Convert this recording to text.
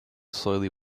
slowly